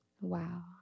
Wow